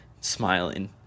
smiling